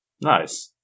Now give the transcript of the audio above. Nice